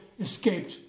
escaped